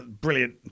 Brilliant